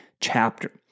chapter